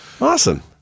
Awesome